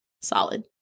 Solid